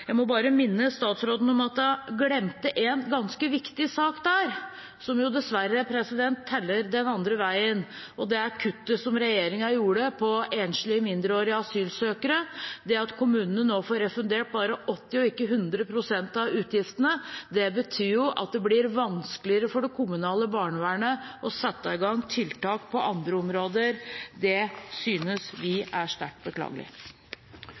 Jeg må bare minne statsråden om at hun glemte en ganske viktig sak, som jo dessverre teller den andre veien. Det er kuttet som regjeringen gjorde i tiltak når det gjelder enslige mindreårige asylsøkere; det at kommunene nå får refundert bare 80 pst. og ikke 100 pst. av utgiftene. Det betyr at det blir vanskeligere for det kommunale barnevernet å sette i gang tiltak på andre områder. Det synes vi er sterkt beklagelig.